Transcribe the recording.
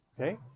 okay